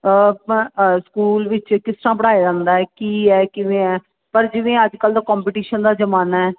ਆਪਾਂ ਸਕੂਲ ਵਿੱਚ ਕਿਸ ਤਰ੍ਹਾਂ ਪੜ੍ਹਾਇਆ ਜਾਂਦਾ ਹੈ ਕੀ ਹੈ ਕਿਵੇਂ ਹੈ ਪਰ ਜਿਵੇਂ ਅੱਜ ਕੱਲ੍ਹ ਦਾ ਕੰਪਟੀਸ਼ਨ ਦਾ ਜ਼ਮਾਨਾ ਹੈ